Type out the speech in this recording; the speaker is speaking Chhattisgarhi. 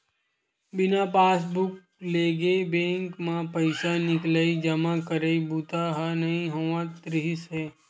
बिना पासबूक लेगे बेंक म पइसा निकलई, जमा करई बूता ह नइ होवत रिहिस हे